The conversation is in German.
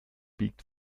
biegt